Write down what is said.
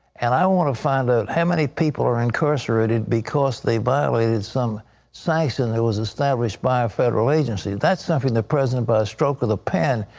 and i want to find out how many people are incarcerated because they violated some sanction that was established by a federal agency. that is something the president, by a stroke of the pen,